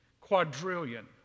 Quadrillion